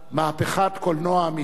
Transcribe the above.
מהפכת קולנוע אמיתית.